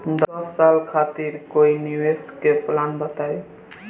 दस साल खातिर कोई निवेश के प्लान बताई?